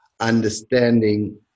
understanding